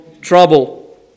trouble